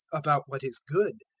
about what is good?